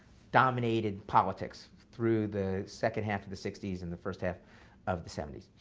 dominated politics through the second half of the sixty s and the first half of the seventy s.